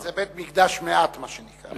זה בית-מקדש מעט, מה שנקרא.